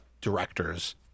directors